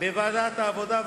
בוועדת העבודה,